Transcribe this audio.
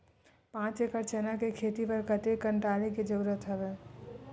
पांच एकड़ चना के खेती बर कते कन डाले के जरूरत हवय?